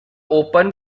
open